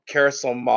Carousel